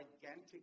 gigantic